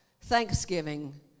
Thanksgiving